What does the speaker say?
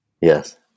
Yes